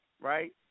right